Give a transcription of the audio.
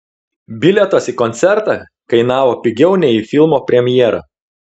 bilietas į koncertą kainavo pigiau nei į filmo premjerą